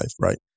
right